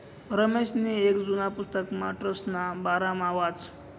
रमेशनी येक जुना पुस्तकमा ट्रस्टना बारामा वाचं